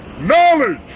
knowledge